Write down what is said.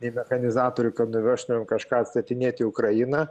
nei mechanizatorių kad nuvežtumėm kažką atstatinėt į ukrainą